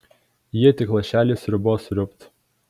ji tik lašelį sriubos sriūbt